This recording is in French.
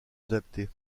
adaptée